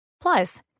Plus